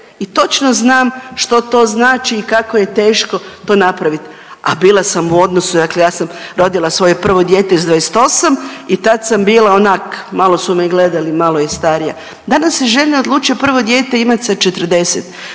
i točno znam što to znači i kako je teško to napraviti, a bila sam u odnosu, dakle ja sam rodila svoje prvo dijete s 28 i tad sam bila onak, malo su me gledali, malo je starija. Danas se žene odluče prvo dijete imati sa 40.